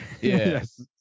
Yes